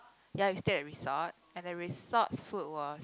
ya we at resort and the resort's food was